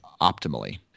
optimally